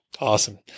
Awesome